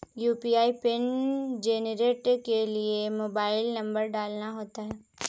UPI PIN generate के लिए mobile number डालना होता है